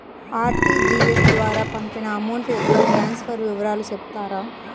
RTGS ద్వారా పంపిన amount యొక్క ట్రాన్స్ఫర్ వివరాలు సెప్తారా